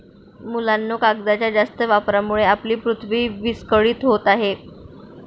मुलांनो, कागदाच्या जास्त वापरामुळे आपली पृथ्वी विस्कळीत होत आहे